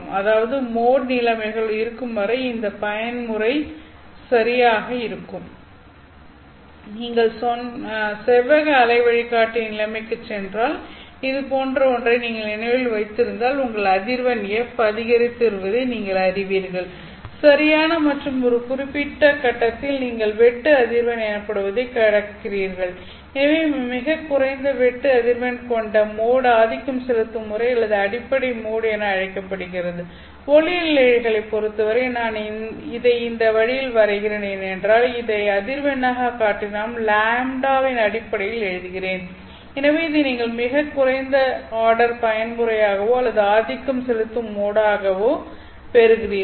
அதாவது மோட் நிலைமைகள் இருக்கும் வரை இந்த பயன்முறை சரியாக இருக்கும் நீங்கள் செவ்வக அலை வழிகாட்டி நிலைமைக்குச் சென்றால் இதுபோன்ற ஒன்றை நீங்கள் நினைவில் வைத்திருந்தால் உங்கள் அதிர்வெண் f அதிகரித்து வருவதை நீங்கள் அறிவீர்கள் சரியான மற்றும் ஒரு குறிப்பிட்ட கட்டத்தில் நீங்கள் வெட்டு அதிர்வெண் எனப்படுவதைக் கடக்கிறீர்கள் எனவே மிகக் குறைந்த வெட்டு அதிர்வெண் கொண்ட மோட் ஆதிக்கம் செலுத்தும் முறை அல்லது அடிப்படை மோட் என அழைக்கப்படுகிறது ஒளியியல் இழைகளைப் பொறுத்தவரை நான் இதை இந்த வழியில் வரைகிறேன் ஏனென்றால் இதை அதிர்வெண்ணைக் காட்டிலும் λ வின் அடிப்படையில் எழுதுகிறேன் எனவே இதை நீங்கள் மிகக் குறைந்த ஆர்டர் பயன்முறையாகவோ அல்லது ஆதிக்கம் செலுத்தும் மோடாகவோ பெறுகிறீர்கள்